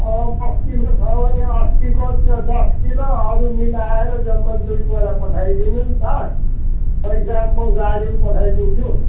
अँ बस्तीको छ भने अस्तिको त्यो दस किलो अरू मिलाएर जम्मा दुई बोरा पठाउदिनु नि त पैसा म गाडीमा पठाइदिन्छु